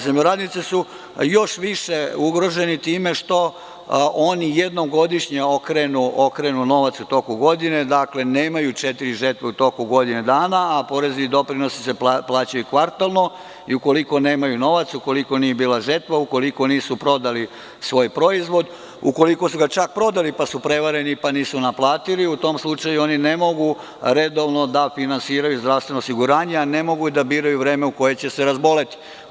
Zemljoradnici su još više ugroženi time što oni jednom godišnje okrenu novac u toku godine, dakle, nemaju četiri žetve u toku godine dana, a porezi i doprinosi se plaćaju kvartalno i ukoliko nemaju novac, ukoliko nije bila žetva, ukoliko nisu prodali svoj proizvod, ukoliko su ga čak prodali, pa su prevareni, pa nisu naplatili, u tom slučaju oni ne mogu redovno da finansiraju zdravstveno osiguranje, a ne mogu da biraju vreme u koje će se razboleti.